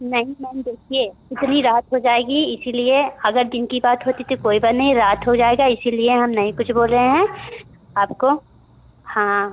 नहीं मैम देखिए इतनी रात हो जाएगी इसलिए अगर दिन की बात होती तो कोई बात नहीं रात हो जाएगा इसलिए हम नहीं कुछ बोल रहे हैं आपको हाँ